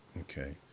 Okay